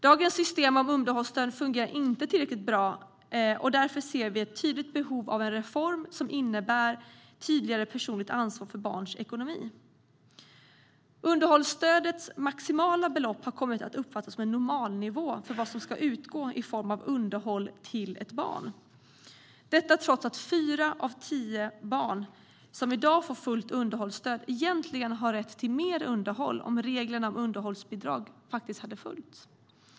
Dagens system med underhållsstöd fungerar inte tillräckligt bra, och därför ser vi ett tydligt behov av en reform som innebär tydligare personligt ansvar för barns ekonomi. Underhållsstödets maximala belopp har kommit att uppfattas som en normalnivå för vad som ska utgå i form av underhåll till ett barn, och detta trots att fyra av tio barn som i dag får fullt underhållsstöd egentligen skulle ha rätt till mer i underhåll om reglerna om underhållsbidrag hade följts.